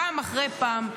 פעם אחר פעם,